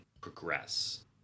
progress